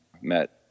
met